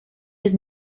was